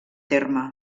terme